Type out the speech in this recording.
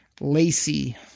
Lacey